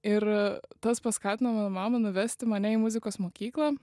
ir tas paskatino mano mamą nuvesti mane į muzikos mokyklą